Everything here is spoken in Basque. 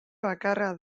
bakarra